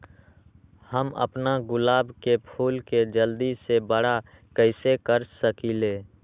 हम अपना गुलाब के फूल के जल्दी से बारा कईसे कर सकिंले?